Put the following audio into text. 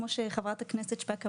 כפי שחברת הכנסת שפק אמרה,